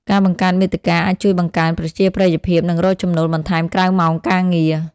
ការបង្កើតមាតិកាអាចជួយបង្កើនប្រជាប្រិយភាព និងរកចំណូលបន្ថែមក្រៅម៉ោងការងារ។